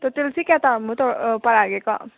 ꯇꯣꯇꯦꯜꯁꯤ ꯀꯌꯥ ꯇꯥꯔꯃꯣ ꯄꯥꯔꯛꯑꯒꯦꯀꯣ